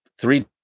three